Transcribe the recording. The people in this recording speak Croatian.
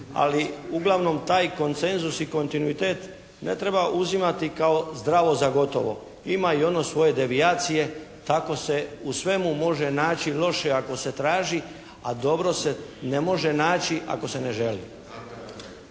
Ali uglavnom taj koncenzus i kontinuitet ne treba uzimati kao zdravo za gotovo. Ima i ono svoje devijacije kako se u svemu može naći loše ako se traži a dobro se ne može naći ako se ne želi.